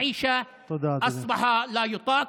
יוקר המחיה כבר לא נסבל,